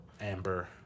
Amber